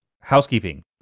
Housekeeping